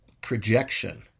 projection